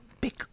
big